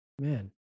Man